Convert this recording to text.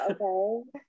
Okay